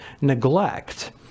neglect